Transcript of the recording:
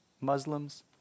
Muslims